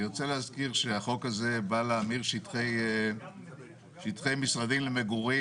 אני רוצה להזכיר שהחוק הזה בא להמיר שטחי משרדים למגורים